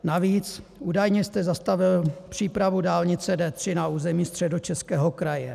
Navíc údajně jste zastavil přípravu dálnice D3 na území Středočeského kraje.